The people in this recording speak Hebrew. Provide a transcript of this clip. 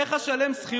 איך נשלם שכירות?